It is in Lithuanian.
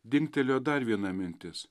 dingtelėjo dar viena mintis